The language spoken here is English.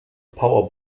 power